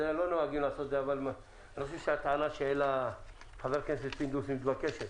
אני חושב שהטענה שהעלה חבר הכנסת פינדרוס מתבקשת.